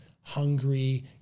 hungry